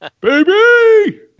baby